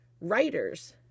writers